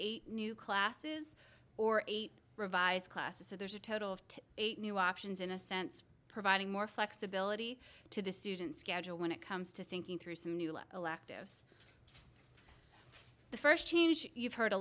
new classes or eight revised classes so there's a total of eight new options in a sense of providing more flexibility to the students schedule when it comes to thinking through some new electives the first change you've heard a